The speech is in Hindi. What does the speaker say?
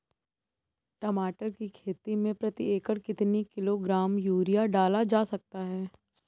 टमाटर की खेती में प्रति एकड़ कितनी किलो ग्राम यूरिया डाला जा सकता है?